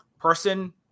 person